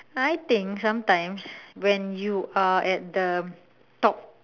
I think sometimes when you are at the top